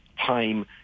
time